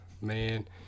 man